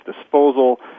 disposal